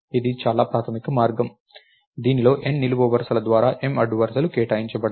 ఇది చాలా ప్రాథమిక మార్గం దీనిలో N నిలువు వరుసల ద్వారా M అడ్డు వరుసలు కేటాయించబడతాయి